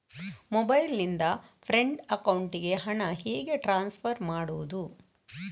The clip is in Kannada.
ಮೊಬೈಲ್ ನಿಂದ ಫ್ರೆಂಡ್ ಅಕೌಂಟಿಗೆ ಹಣ ಹೇಗೆ ಟ್ರಾನ್ಸ್ಫರ್ ಮಾಡುವುದು?